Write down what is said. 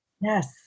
Yes